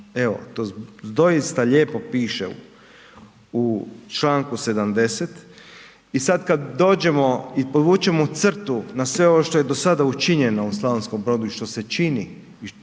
Evo to doista lijepo piše u članku 70. I sad kad dođemo i povučemo crtu na sve ovo što je do sada učinjeno u Slavonskom Brodu i što se čini